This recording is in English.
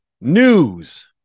news